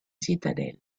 citadelle